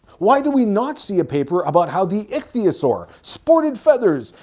why do we not see a paper about how the ichthyosaur sported feathers,